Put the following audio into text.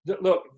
Look